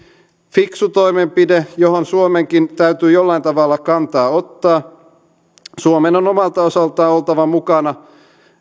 fiksu toimenpide johon suomenkin täytyy jollain tavalla kantaa ottaa suomen on omalta osaltaan oltava mukana